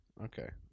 Okay